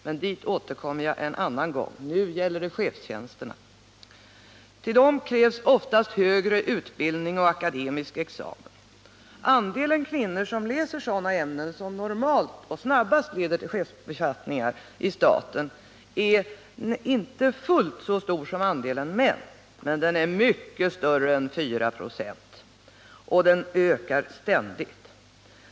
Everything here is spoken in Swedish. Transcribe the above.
Men till det återkommer jag en annan gång. Nu gäller det chefstjänsterna. Till dem krävs ofta högre utbildning och akademisk examen. Andelen kvinnor som läser sådana ämnen som normalt och snabbast leder till chefsbefattningar i staten är inte fullt så stor som andelen män. Men den är mycket större än 4 96. Och den ökar ständigt.